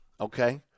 okay